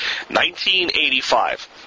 1985